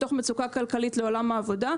והם יוצאים מתוך מצוקה כלכלית לעולם העבודה.